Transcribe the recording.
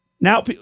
now